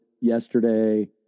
yesterday